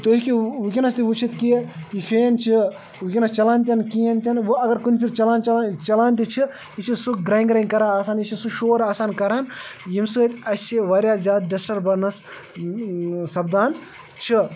تُہۍ ہیٚکیٚو وٕنکٮ۪نَس تہِ وُچھِتھ کہ یہِ فین چھِ وٕنکٮ۪نَس چَلان تہِ نہٕ کِہیٖنۍ تہِ نہٕ وٕ اگر کُنہِ پھِرِ چَلان چَلان چَلان تہِ چھِ یہِ چھِ سُہ گرٛیٚن گرٛیٚن کَران آسان یہِ چھِ سُہ شور آسان کَران ییٚمہِ سۭتۍ اَسہِ واریاہ زیادٕ ڈِسٹٔربَنٕس سَپدان چھِ